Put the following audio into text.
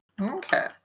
Okay